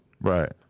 Right